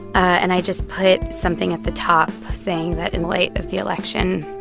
and i just put something at the top saying that, in light of the election,